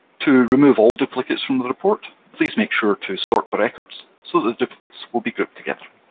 to remove all duplicates from the report, please make sure to sort by records so the duplicates will be grouped together.